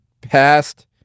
Past